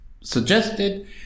suggested